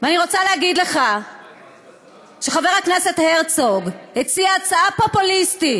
אני רוצה להגיד לך שחבר הכנסת הרצוג הציע הצעה פופוליסטית